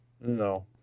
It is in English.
No